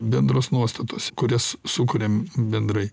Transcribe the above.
bendros nuostatos kurias sukuriam bendrai